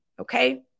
Okay